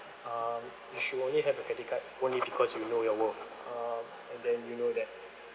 um you should only have a credit card only because you know your worth um and then you know that